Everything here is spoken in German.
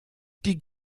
die